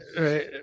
Right